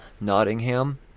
Nottingham